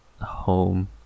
home